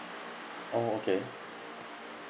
oh okay